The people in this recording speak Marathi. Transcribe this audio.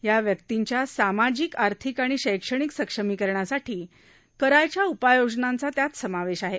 या व्यक्तींच्या सामाजिक आर्थिक आणि शैक्षणिक सक्षमीकरणासाठी करायच्या उपाययोजनांचा यात समावेश आहे